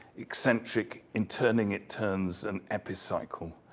eccentric in turning, it turns an epicycle.